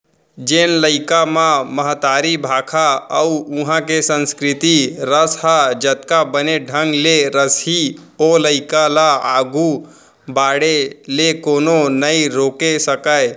जेन लइका म महतारी भाखा अउ उहॉं के संस्कृति रस ह जतका बने ढंग ले रसही ओ लइका ल आघू बाढ़े ले कोनो नइ रोके सकयँ